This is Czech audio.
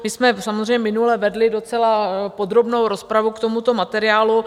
My jsme samozřejmě minule vedli docela podrobnou rozpravu k tomuto materiálu.